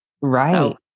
Right